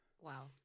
Wow